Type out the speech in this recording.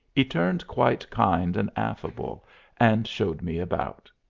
e turned quite kind and affable and showed me about.